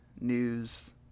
news